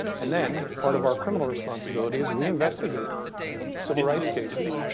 and then, part of our criminal responsibility is we investigate civil rights cases,